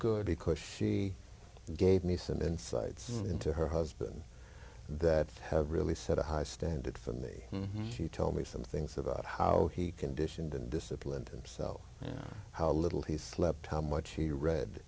good because she gave me some insights into her husband that have really set a high standard for me and she told me some things about how he conditioned and disciplined and self how little he slept how much he read